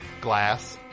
Glass